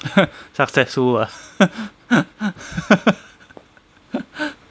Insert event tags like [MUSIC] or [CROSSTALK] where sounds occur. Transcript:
[LAUGHS] successful ah [LAUGHS]